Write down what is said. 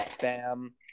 Bam